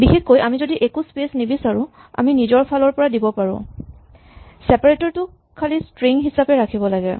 বিশেষকৈ আমি যদি একো স্পেচ নিবিচাৰো আমি নিজৰ ফালৰ পৰা দিব পাৰো চেপাৰেটৰ টোক খালী স্ট্ৰিং হিচাপে ৰাখিব লাগে